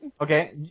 Okay